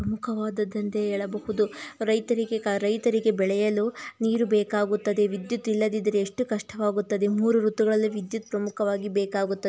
ಪ್ರಮುಖವಾದದ್ದೆಂದೇ ಹೇಳಬಹುದು ರೈತರಿಗೆ ಕ ರೈತರಿಗೆ ಬೆಳೆಯಲು ನೀರು ಬೇಕಾಗುತ್ತದೆ ವಿದ್ಯುತ್ ಇಲ್ಲದಿದ್ದರೆ ಎಷ್ಟು ಕಷ್ಟವಾಗುತ್ತದೆ ಮೂರು ಋತುಗಳಲ್ಲಿ ವಿದ್ಯುತ್ ಪ್ರಮುಖವಾಗಿ ಬೇಕಾಗುತ್ತೆ